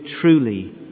truly